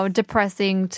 depressing